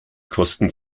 kosten